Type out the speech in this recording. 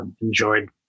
enjoyed